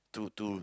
to to